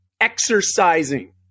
exercising